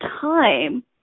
time